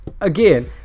again